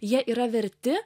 jie yra verti